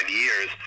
years